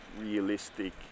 realistic